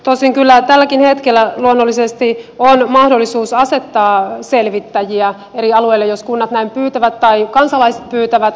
tosin kyllä tälläkin hetkellä luonnollisesti on mahdollisuus asettaa selvittäjiä eri alueille jos kunnat näin pyytävät tai kansalaiset pyytävät